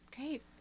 Great